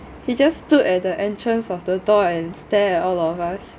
he just stood at the entrance of the door and stare at all of us